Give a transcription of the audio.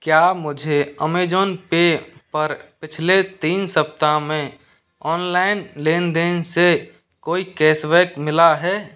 क्या मुझे Amazon Pay पर पिछले तीन सप्ताह में ऑनलाइन लेनदेन से कोई कैशबैक मिला है